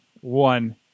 one